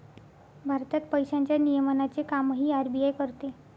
भारतात पैशांच्या नियमनाचे कामही आर.बी.आय करते